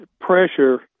pressure